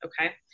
okay